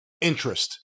interest